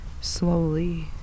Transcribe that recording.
slowly